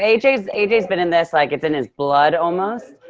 ah aj's aj's been in this, like it's in his blood almost.